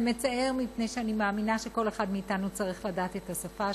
זה מצער מפני שאני מאמינה שכל אחד מאתנו צריך לדעת את השפה,